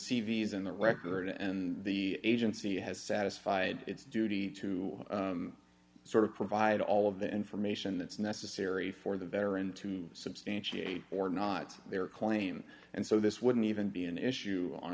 in the record and the agency has satisfied its duty to sort of provide all of the information that's necessary for the veteran to substantiate or not their claim and so this wouldn't even be an issue on